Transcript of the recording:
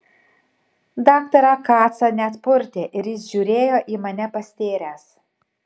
daktarą kacą net purtė ir jis žiūrėjo į mane pastėręs